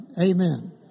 Amen